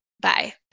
Bye